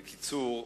בקיצור,